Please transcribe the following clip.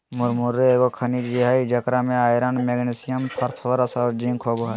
मुरमुरे एगो खनिज हइ जेकरा में आयरन, मैग्नीशियम, फास्फोरस और जिंक होबो हइ